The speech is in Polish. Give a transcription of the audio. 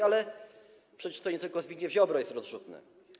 Ale przecież nie tylko Zbigniew Ziobro jest rozrzutny.